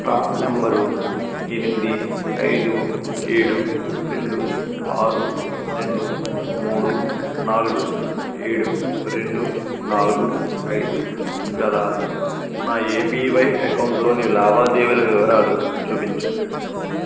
PRAN number ఎనిమిది ఐదు ఏడు రెండు ఆరు రెండు మూడు నాలుగు ఏడు రెండు నాలుగు ఐదు గల నా ఏపివై అకౌంట్లోని లావాదేవీల వివరాలు చూపించు